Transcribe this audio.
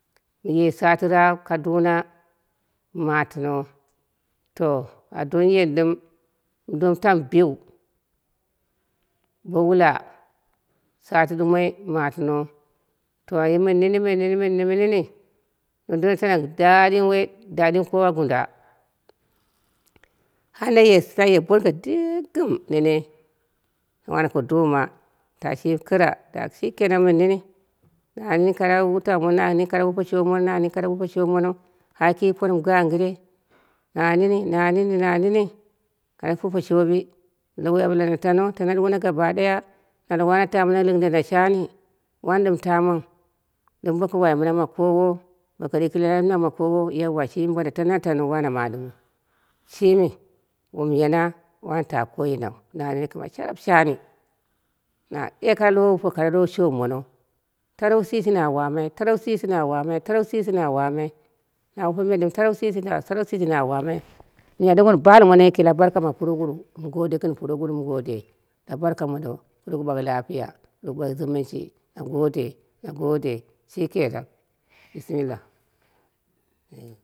Mɨye sati raap kaduna matɨna to a doni yen ɗɨm mɨ domu biu bo wula sati ɗumoi na matɨno a yeni mɨn nene mɨn nene mɨn nene na dono tano da ɗɨm woi dadinkowa gunda har naye bonko ɗigɨm nene wane ko doma shimi kɨra shikenang mɨn nene mɨn kare wutau mono, na nini koro wure shoɓi mono, na nini koro wure shoɓi mono har ki par mɨ gangre, na nini na nini na nini. Koro wure shoɓi. lowoi a ɓale na tan tano ɗuwona gaba ɨaya na ɓake wano tamau na lɨndono shari, wano tamau dɨm boko wai mɨna ma kowo, boko ɗikɨlako lamna ma kowo yeuwa shimi bono tano wano mama ɗɨmwu, shimi wom yena wano ta koinau na nene sharap shani na ye kare wupe lo shoɓi mono, tarou shishi na wamai, tarou shishi na wamai tarou shishi na wamai na wupe tarou shishi na wamai. miya ɗɨm wun balɨmono yiki la barka ma puroguruwu, mɨ gode gɨn puroguruwu mɨ gode la barka mondo puroguruwu ɓak lafiya na gode gɨn juwunshi, na gode, na gode shikenang bishimilla.